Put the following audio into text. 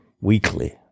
weekly